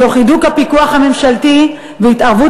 תוך הידוק הפיקוח הממשלתי והתערבות